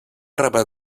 rebre